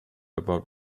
about